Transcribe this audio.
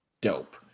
Dope